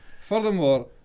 furthermore